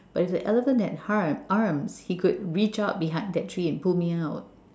but if the elephant that human arms he could reach out behind that tree and pull me out